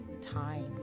time